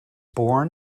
born